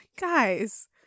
Guys